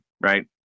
right